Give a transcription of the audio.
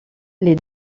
les